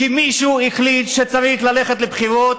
כי מישהו החליט שצריך ללכת לבחירות,